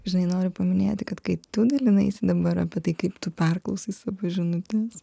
žinai noriu paminėti kad kai tu dalinaisi dabar apie tai kaip tu perklausai savo žinutes